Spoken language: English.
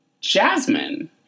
Jasmine